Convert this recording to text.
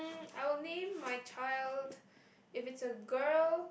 I'll name my child if it's a girl